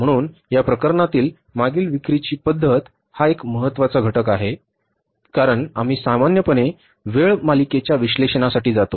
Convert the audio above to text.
म्हणून या प्रकरणात मागील विक्रीची पध्दत हा एक महत्वाचा घटक आहे कारण आम्ही सामान्यपणे वेळ मालिकेच्या विश्लेषणासाठी जातो